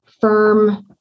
firm